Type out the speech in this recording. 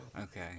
Okay